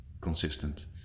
consistent